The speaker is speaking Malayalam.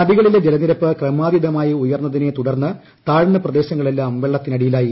നദികളിലെ ജലനിരപ്പ് ക്രമാതീതമായി ഉയർന്നതിനെ തുടർന്ന് താഴ്ന്ന പ്രദേശങ്ങളെല്ലാം വെള്ളത്തിനടിയിലായി